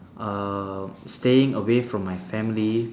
uh staying away from my family